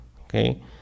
Okay